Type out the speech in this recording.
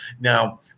Now